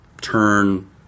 turn